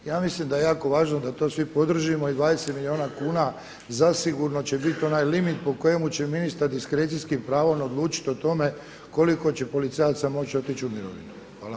Ja mislim da je jako važno da to svi podržimo i 20 milijuna kuna zasigurno će biti onaj limit po kojemu će ministar diskrecijskim pravom odlučiti o tome koliko će policajaca moći otići u mirovinu.